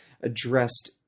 addressed